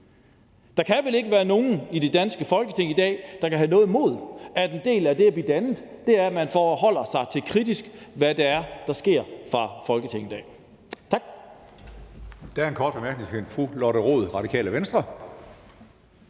Der kan vel ikke være nogen i det danske Folketing i dag, der kan have noget imod, at en del af det at blive dannet er, at man forholder sig kritisk til, hvad det er, der sker fra Folketingets side. Tak.